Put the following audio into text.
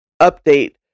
update